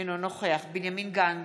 אינו נוכח בנימין גנץ,